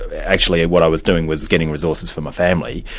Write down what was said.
actually what i was doing was getting resources for my family.